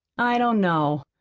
i don't know.